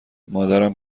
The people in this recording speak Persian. مادرم